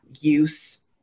use